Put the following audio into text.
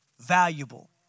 valuable